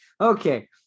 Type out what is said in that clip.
Okay